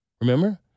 Remember